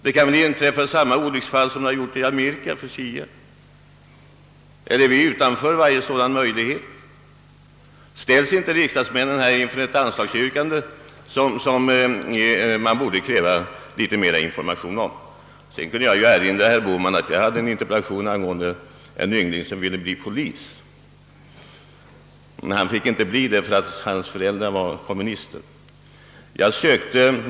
Det kan väl inträffa samma olyckor hos oss som för CIA i Amerika, eller står vi utanför varje sådan möjlighet? Borde inte riksdagsmännen kräva litet mer information om ett anslagsyrkande? Sedan kunde jag erinra herr Bohman om att jag en gång framställde en interpellation angående en yngling som ville bli polis men inte fick bli det därför att hans föräldrar var kommunister.